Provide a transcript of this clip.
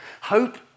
Hope